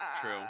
true